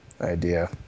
idea